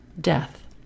death